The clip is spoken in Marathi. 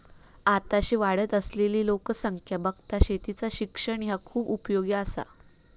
आताशी वाढत असलली लोकसंख्या बघता शेतीचा शिक्षण ह्या खूप उपयोगी आसा